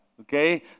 Okay